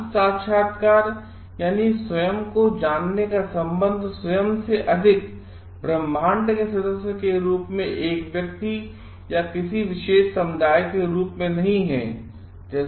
आत्म साक्षात्कार अथवा स्वयं को जानना का संबंध स्वयं से अधिक ब्रह्मांड के सदस्य के रूप में एक व्यक्ति या किसीविशेष समुदाय केसदस्य केरूप में नहीं है